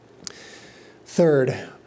Third